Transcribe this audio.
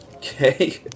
Okay